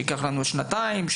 שנתיים,